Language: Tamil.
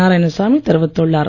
நாராயணசாமி தெரிவித்துள்ளார்